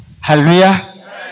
Hallelujah